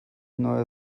neue